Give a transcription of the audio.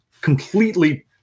completely